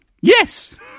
Yes